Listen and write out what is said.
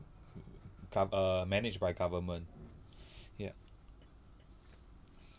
gov~ err managed by government ya